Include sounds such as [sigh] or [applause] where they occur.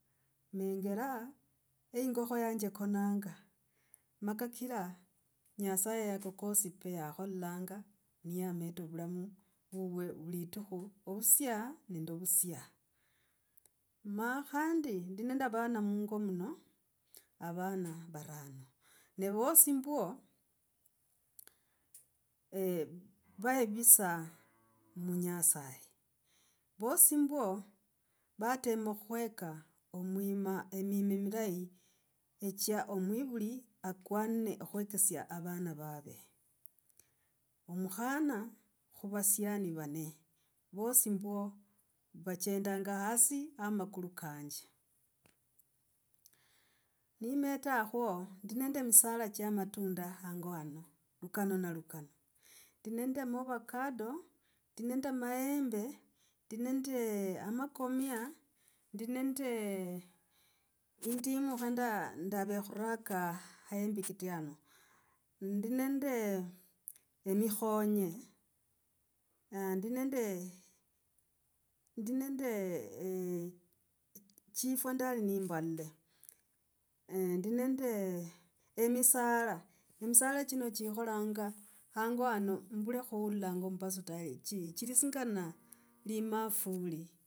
Mengoraa eingokho yanje ikonanga. Ma kakira nyasaye ako kosi pe, yakholanga niyameta ovulamu vuvwe vulitukhu vusya nende vusya. M a khandi ndi na vana mungo muno, avana varano, ne vosi mbwo eeh vayevisa mu nyasaye. Vosi mbwo vatema khweka, omwima, emima milayi ehca omwivuli akwane khwekesia avana vave omukhania khu vasiani vanne, vosi mbwo vachendanga hasi ha makulu kanje nimeta khwa ndi nende misala cha matunda hango hano lukano na lukano. Ndi nenda mavokado, ndi nende maembe, ndi nende amakomia. Ndi nende indimu kho ndavekhuraka aembikiti hano, ndi nende emikhonyaa ndi nende, ndi nende [hesitation] chifwa ndali nimbalile, ndi nende emisala emisala chikholanga hang ohana mbule khuula omumbasu tawe chili singana li mafuli.